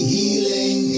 healing